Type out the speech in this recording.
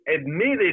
admitted